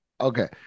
okay